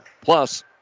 Plus